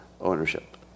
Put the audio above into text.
ownership